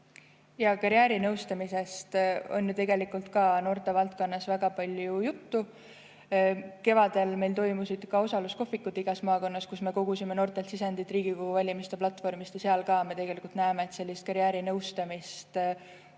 Karjäärinõustamisest on ju tegelikult ka noortevaldkonnas väga palju juttu. Kevadel meil toimusid osaluskohvikud igas maakonnas, kus me kogusime noortelt sisendit Riigikogu valimiste platvormi, ja sealt ka me näeme, et sellist karjäärinõustamist